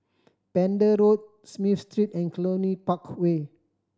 Pender Road Smith Street and Cluny Park Way